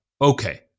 okay